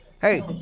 Hey